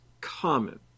common